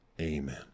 Amen